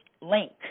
link